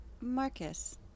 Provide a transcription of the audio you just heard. marcus